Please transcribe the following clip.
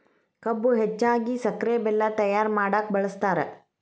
ಕಬ್ಬು ಹೆಚ್ಚಾಗಿ ಸಕ್ರೆ ಬೆಲ್ಲ ತಯ್ಯಾರ ಮಾಡಕ ಬಳ್ಸತಾರ